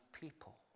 people